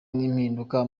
n’impinduka